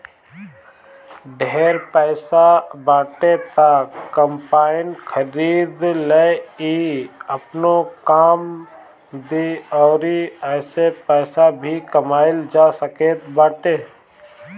ढेर पईसा बाटे त कम्पाईन खरीद लअ इ आपनो काम दी अउरी एसे पईसा भी कमाइल जा सकत बाटे